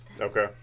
Okay